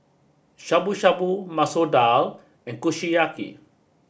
Shabu shabu Masoor Dal and Kushiyaki